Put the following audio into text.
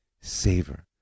savor